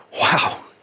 wow